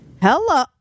hello